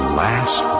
last